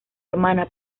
hermana